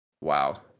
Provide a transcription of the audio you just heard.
Wow